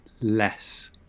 less